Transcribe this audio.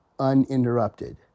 uninterrupted